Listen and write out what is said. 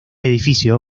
edificio